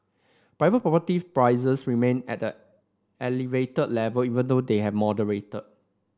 private property prices remained at an elevated level even though they have moderated